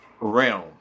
realm